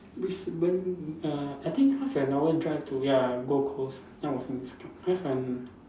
Brisbane uh I think half an hour drive to ya gold coast less than